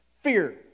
Fear